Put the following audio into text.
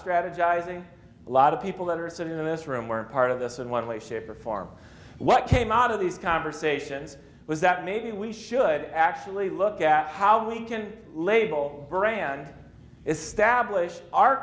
strategizing a lot of people that are in this room were a part of this and one way shape or form what came out of the conversation was that maybe we should actually look at how we can label brand is stablished our